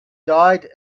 died